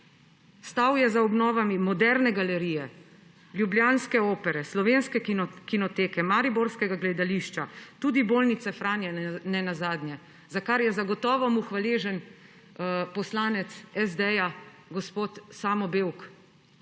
Stal je za obnovami Moderne galerije, ljubljanske opere, Slovenske kinoteke, Mariborskega gledališča, tudi bolnice Franja nenazadnje, za kar je zagotovo mu hvaležen poslanec SD gospod Samo Bevk.